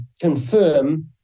confirm